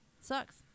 Sucks